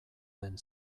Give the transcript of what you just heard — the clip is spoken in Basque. den